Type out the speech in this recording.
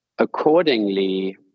Accordingly